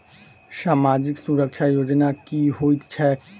सामाजिक सुरक्षा योजना की होइत छैक?